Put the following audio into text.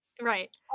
Right